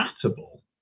compatible